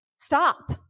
Stop